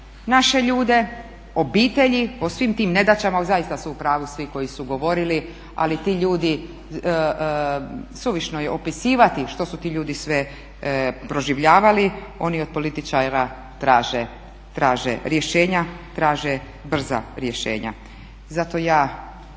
naše ljude, obitelji. O svim tim nedaćama, zaista su u pravu svi koji su govorili, ali ti ljudi suvišno je opisivati što su ti ljudi sve proživljavali. Oni od političara traže rješenja, traže brza rješenja.